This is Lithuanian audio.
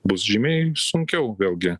bus žymiai sunkiau vėlgi